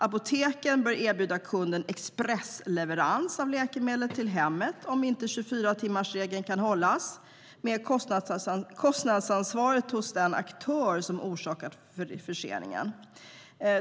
Apoteken bör erbjuda kunden expressleverans av läkemedlet till hemmet om inte 24-timmarsregeln kan hållas, med kostnadsansvaret hos den aktör som orsakat förseningen.